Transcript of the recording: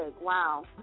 Wow